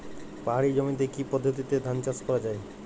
পাহাড়ী জমিতে কি পদ্ধতিতে ধান চাষ করা যায়?